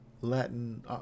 Latin